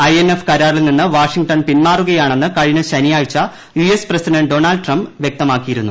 I N F കരാറിൽ നിന്ന് Washington പിൻമാറുകയാണെന്ന് കഴിഞ്ഞ ശനിയാഴ്ച U S president Donald Trump വ്യക്തമാക്കിയിരുന്നു